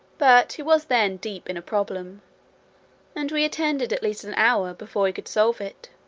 but he was then deep in a problem and we attended at least an hour, before he could solve it.